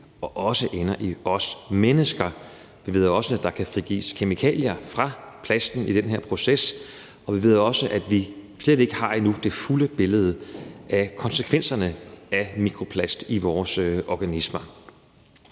og også i os mennesker. Vi ved også, at der kan frigives kemikalier fra plasten i den her proces, og vi ved også, at vi slet ikke endnu har det fulde billede af konsekvenserne af mikroplast i vores organismer.